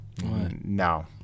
No